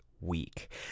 week